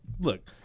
look